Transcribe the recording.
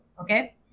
okay